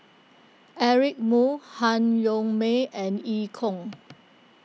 Eric Moo Han Yong May and Eu Kong